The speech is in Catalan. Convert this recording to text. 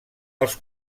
els